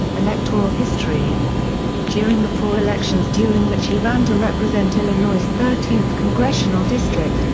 electoral history during the four elections during which he ran to represent illinois's thirteenth congressional district,